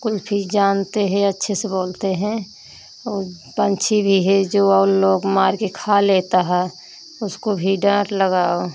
कुलफी जानते है अच्छे से बोलते हैं वो पक्षी भी है जो और लोग मारकर खा लेते हैं उसको भी डाँट लगाओ